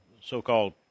so-called